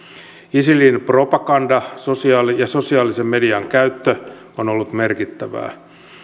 isilin propaganda ja sosiaalisen median käyttö on ollut merkittävää